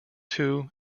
two